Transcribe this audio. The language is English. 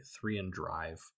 three-and-drive